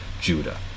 Judah